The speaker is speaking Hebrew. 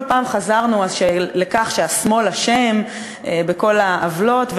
כל פעם חזרנו לכך שהשמאל אשם בכל העוולות.